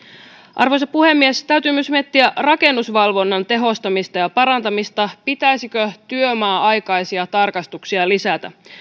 arvoisa puhemies täytyy myös miettiä rakennusvalvonnan tehostamista ja parantamista pitäisikö työmaa aikaisia tarkastuksia lisätä